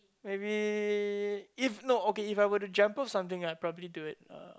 maybe if not okay if I would have to jump off something I'd probably do it uh